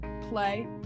play